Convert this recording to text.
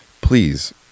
please